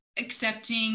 accepting